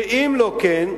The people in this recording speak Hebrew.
שאם לא כן,